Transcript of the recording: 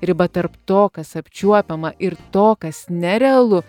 riba tarp to kas apčiuopiama ir to kas nerealu